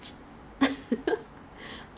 because what I heard